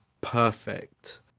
perfect